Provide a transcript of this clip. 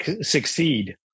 succeed